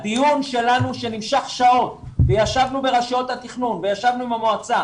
הדיון שלנו שנמשך שעות וישבנו ברשויות התכנון וישבנו עם המועצה.